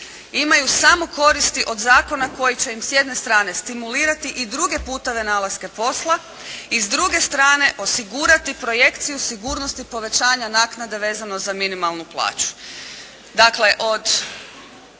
imaju samo koristi od zakona koji će im s jedne strane stimulirati i druge putove nalaska posla i s druge strane osigurati projekciju sigurnosti povećavanja naknade vezano za minimalnu plaću.